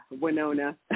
Winona